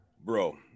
Bro